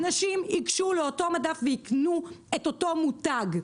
אנשים ייגשו לאותו מדף ויקנו את אותו מותג.